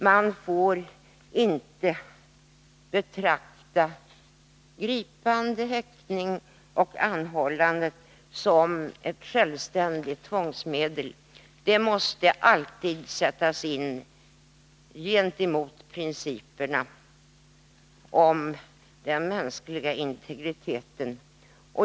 Man får inte betrakta gripande, häktning och anhållande som ett självständigt tvångsmedel. Det måste alltid sättas i förhållande till principerna om den mänskliga integriteten.